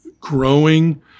growing